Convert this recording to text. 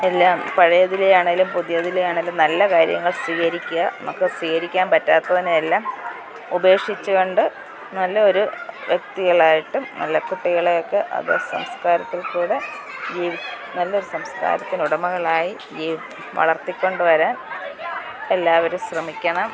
എല്ലാം പഴയതിലെ ആണെങ്കിലും പുതിയതിലെ ആണെങ്കിലും നല്ല കാര്യങ്ങൾ സ്വീകരിക്കുക നമുക്ക് സ്വീകരിക്കാൻ പറ്റാത്തതിനെ എല്ലാം ഉപേക്ഷിച്ചു കൊണ്ട് നല്ലൊരു വ്യക്തികളായിട്ടും നല്ല കുട്ടികളെയൊക്കെ അതേ സംസ്കാരത്തിൽ കൂടി ജീ നല്ലൊരു സംസ്കാരത്തിന് ഉടമകളായി ജീ വളർത്തിക്കൊണ്ടു വരാൻ എല്ലാവരും ശ്രമിക്കണം